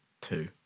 Two